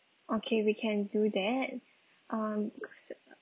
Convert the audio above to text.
okay we can do that um